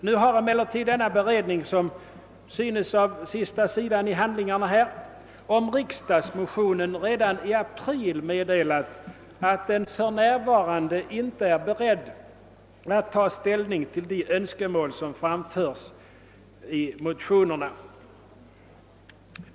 Nu har emellertid denna beredning, som synes av de sista sidorna i utlåtandet, om riksdagsmotionerna redan i april meddelat att den »inte f.n. är beredd ta ställning till de önskemål som förs fram i motionerna».